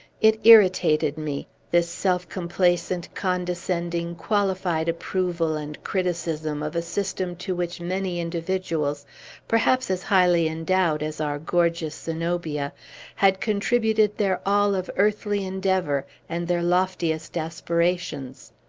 it irritated me, this self-complacent, condescending, qualified approval and criticism of a system to which many individuals perhaps as highly endowed as our gorgeous zenobia had contributed their all of earthly endeavor, and their loftiest aspirations.